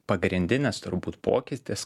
pagrindinis turbūt pokytis